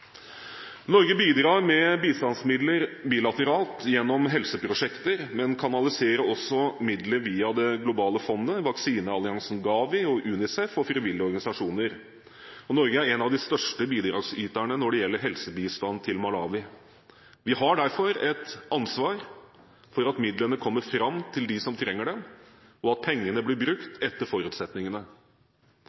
Norge bidrar med bistandsmidler bilateralt gjennom helseprosjekter, men kanaliserer også midler via det globale fondet, vaksinealliansen GAVI, UNICEF og frivillige organisasjoner. Norge er en av de største bidragsyterne når det gjelder helsebistand til Malawi. Vi har derfor et ansvar for at midlene kommer fram til dem som trenger det, og at pengene blir brukt etter forutsetningene.